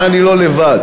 אבל אני לא לבד,